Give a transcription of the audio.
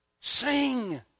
Sing